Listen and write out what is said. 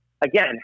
again